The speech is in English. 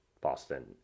boston